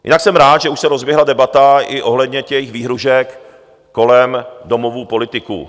Jinak jsem rád, že už se rozběhla debata i ohledně těch výhrůžek kolem domovů politiků.